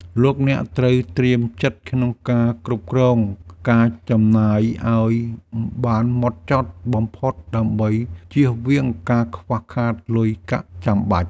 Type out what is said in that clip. លោកអ្នកត្រូវត្រៀមចិត្តក្នុងការគ្រប់គ្រងការចំណាយឱ្យបានហ្មត់ចត់បំផុតដើម្បីជៀសវាងការខ្វះខាតលុយកាក់ចាំបាច់。